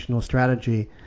strategy